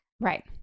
Right